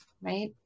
right